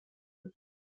sus